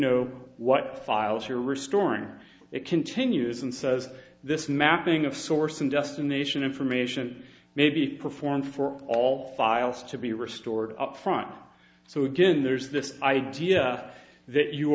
know what files you're restoring it continues and says this mapping of source and destination information may be performed for all files to be restored up front so again there's this idea that you